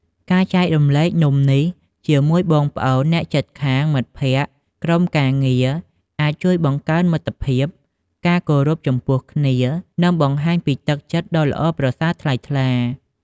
ការចែករំលែកនំនេះជាមួយបងប្អូន អ្នកជិតខាង មិត្តភក្តិ ក្រុមការងារអាចជួយបង្កើនមិត្តភាព ការគោរពចំពោះគ្នា និងបង្ហាញពីទឹកចិត្តដ៏ល្អប្រសើរថ្លៃថ្លា។